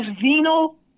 venal